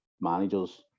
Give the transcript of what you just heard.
managers